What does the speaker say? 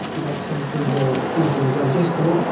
you make some food more easily digestible,